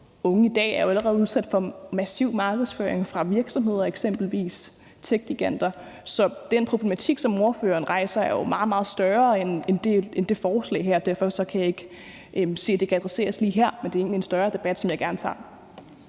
unge i dag jo allerede er udsat for massiv markedsføring fra virksomheder, eksempelvis techgiganter, så den problematik, som ordføreren rejser, er jo meget, meget større end det forslag her. Derfor kan jeg ikke se, at det kan adresseres lige her. Det er egentlig en større debat, som jeg gerne tager.